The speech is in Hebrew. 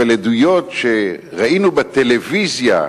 אבל עדויות שראינו בטלוויזיה,